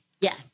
Yes